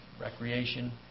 recreation